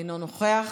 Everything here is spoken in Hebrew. אינו נוכח,